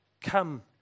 come